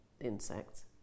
Insects